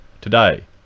today